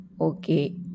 okay